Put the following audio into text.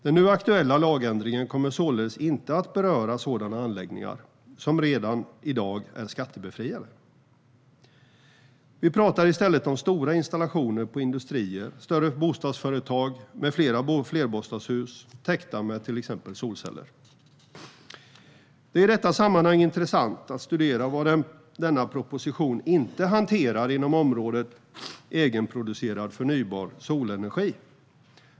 Den nu aktuella lagändringen kommer således inte att beröra sådana anläggningar som redan i dag är skattebefriade. Vi pratar i stället om stora installationer på industrier och större bostadsföretag med flera flerbostadshus täckta med till exempel solceller. Det är i detta sammanhang intressant att studera vad denna proposition inte hanterar inom området egenproducerad, förnybar solenergi.